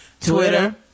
Twitter